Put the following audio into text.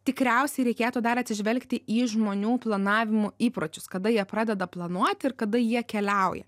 tikriausiai reikėtų dar atsižvelgti į žmonių planavimo įpročius kada jie pradeda planuoti ir kada jie keliauja